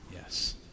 Yes